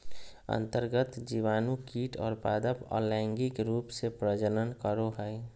अन्तर्गत जीवाणु कीट और पादप अलैंगिक रूप से प्रजनन करो हइ